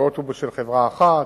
באוטובוס של חברה אחת,